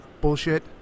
bullshit